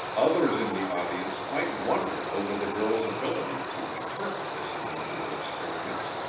others in the audience might wonder over the girl's ability to interpret this unusual experience,